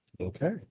Okay